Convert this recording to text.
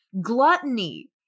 Gluttony